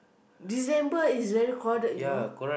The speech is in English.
December is very crowded you know